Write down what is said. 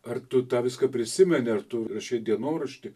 ar tu tą viską prisimeni ar tu rašei dienoraštį